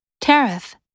Tariff